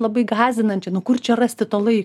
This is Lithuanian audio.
labai gąsdinančiai nu kur čia rasti to lai